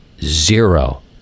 zero